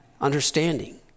understanding